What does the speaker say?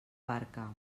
barca